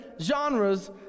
genres